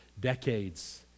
decades